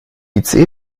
ice